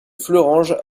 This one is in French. fleuranges